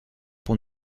pour